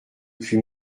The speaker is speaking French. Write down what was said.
puis